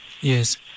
Yes